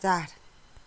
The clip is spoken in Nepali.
चार